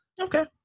okay